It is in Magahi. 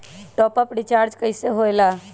टाँप अप रिचार्ज कइसे होएला?